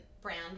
brand